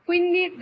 Quindi